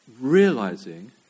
realizing